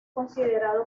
considerado